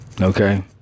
okay